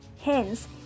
Hence